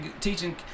teaching